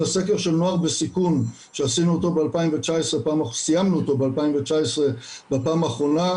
סקר של נוער בסיכון שסיימנו אותו ב- 2019 בפעם האחרונה,